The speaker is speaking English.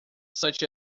such